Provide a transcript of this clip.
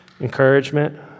Encouragement